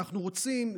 אנחנו רוצים,